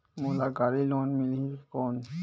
मोला गाड़ी लोन मिलही कौन?